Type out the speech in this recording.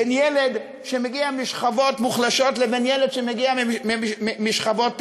בין ילד שמגיע משכבות מוחלשות לבין ילד שמגיע משכבות אמידות.